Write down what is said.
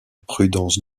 prudence